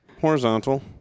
Horizontal